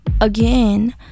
again